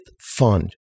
fund